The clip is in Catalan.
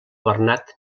bernat